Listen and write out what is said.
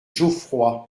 geoffroy